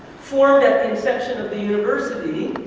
formed at the conception of the university,